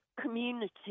community